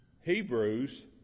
Hebrews